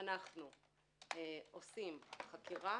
אנחנו עושים חקירה